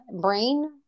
brain